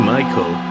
Michael